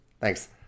Thanks